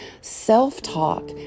self-talk